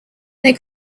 they